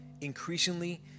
increasingly